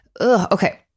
Okay